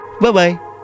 Bye-bye